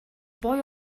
boy